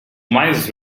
mais